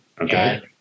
Okay